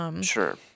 Sure